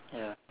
ya